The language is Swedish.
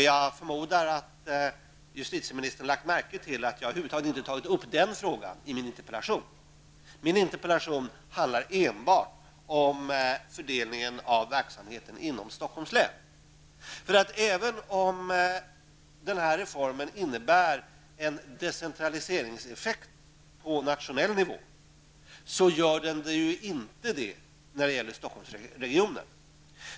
Jag förmodar att justitieministern lagt märke till att jag över huvud taget inte har tagit upp den frågan i min interpellation. Min interpellation handlar enbart om fördelningen av verksamheten inom Stockholms län. Även om reformen innebär en decentraliseringseffekt på nationell nivå är så inte fallet när det gäller Stockholmsregionen.